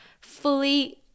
fully